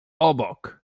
obok